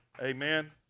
Amen